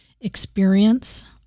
experience